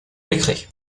décret